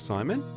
Simon